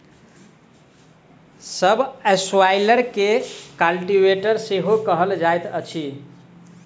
सब स्वाइलर के कल्टीवेटर सेहो कहल जाइत अछि